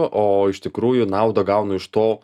o o iš tikrųjų naudą gaunu iš to